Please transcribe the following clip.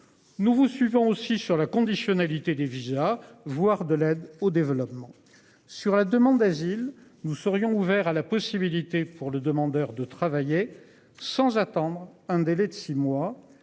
Nous vous suivons aussi sur la conditionnalité des visas, voire de l'aide au développement sur la demande d'asile. Nous serions ouverts à la possibilité pour le demandeur de travailler sans. Sans attendre un délai de 6 mois.